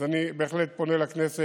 אז אני בהחלט פונה לכנסת